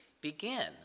begin